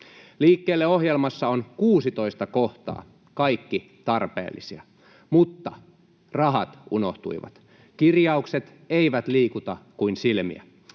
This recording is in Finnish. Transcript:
Liikkeelle-ohjelmassa on 16 kohtaa — kaikki tarpeellisia —, mutta rahat unohtuivat. Kirjaukset eivät liikuta kuin silmiä.